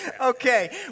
okay